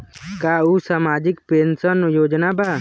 का उ सामाजिक पेंशन योजना बा?